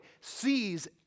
sees